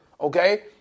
okay